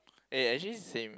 eh actually same